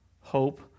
hope